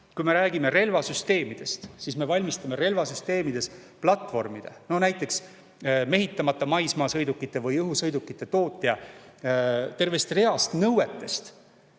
kui me räägime relvasüsteemidest, siis me vabastame relvasüsteemide platvormide, näiteks mehitamata maismaasõidukite või õhusõidukite tootjad tervest reast nõuetest,